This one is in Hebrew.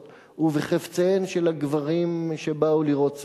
ובחפציהם של הגברים שבאו לראות סרט,